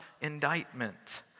indictment